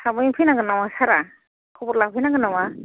थाबैनो फैनांगोन नामा सारा खबर लांफै नांगोन नामा